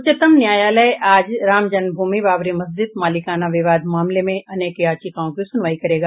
उच्चतम न्यायालय आज राम जन्म भूमि बाबरी मस्जिद मालिकाना विवाद मामले में अनेक याचिकाओं की सुनवाई करेगा